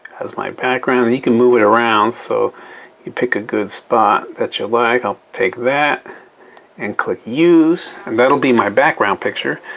as my background. and you can move it around so you pick a good spot that you like. i'll take that and click use and that'll be my background picture.